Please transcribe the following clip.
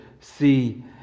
see